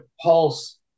pulse